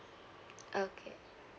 okay